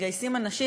ומגייסים אנשים,